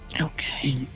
Okay